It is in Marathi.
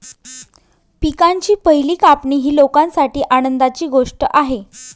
पिकांची पहिली कापणी ही लोकांसाठी आनंदाची गोष्ट आहे